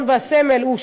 הסמל והמנון המדינה,